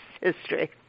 history